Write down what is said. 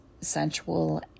sensual